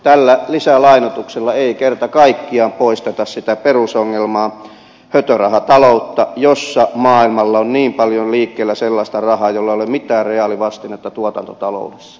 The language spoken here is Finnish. tällä lisälainoituksella ei kerta kaikkiaan poisteta sitä perusongelmaa hötörahataloutta jossa maailmalla on niin paljon liikkeellä sellaista rahaa jolla ei ole mitään reaalivastinetta tuotantotaloudessa